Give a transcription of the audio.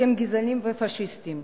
אתם גזענים ופאשיסטים,